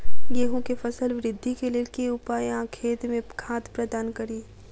गेंहूँ केँ फसल वृद्धि केँ लेल केँ उपाय आ खेत मे खाद प्रदान कड़ी?